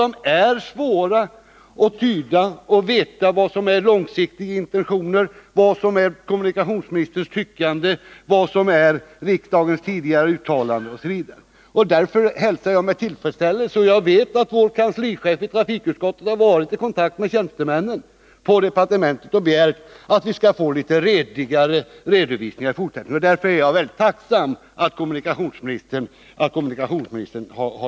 Det är svårt att tyda skrivningarna och veta vad som är långsiktiga intentioner, vad som är kommunikationsministerns tyckande, vad som är riksdagens tidigare uttalanden osv. Jag vet också att kanslichefen i trafikutskottet varit i kontakt med tjänstemän på departementet och begärt att vi skall få litet redigare redovisningar i fortsättningen. Därför är jag mycket tacksam för kommunikationsministerns uttalande.